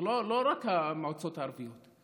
זה לא רק המועצות הערביות.